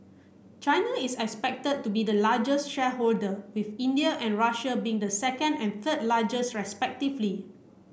China is expected to be the largest shareholder with India and Russia being the second and third largest respectively